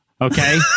Okay